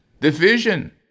division